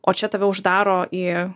o čia tave uždaro į